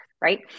Right